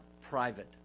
private